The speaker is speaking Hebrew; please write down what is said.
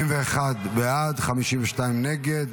41 בעד, 52 נגד.